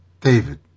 David